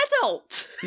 adult